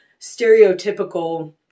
stereotypical